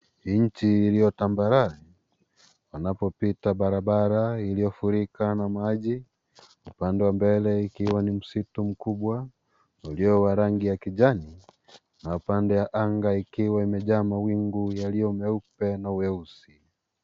Nchi iliyo tambarare panapopita barabara iliyofurika na maji upande wa mbele ikiwa ni msitu mkubwa ulio wa rangi ya kijani na upande ya anga ikiwa imejaa mawingu yaliyo meupe na ueusi.